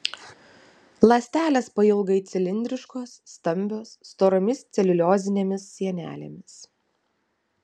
ląstelės pailgai cilindriškos stambios storomis celiuliozinėmis sienelėmis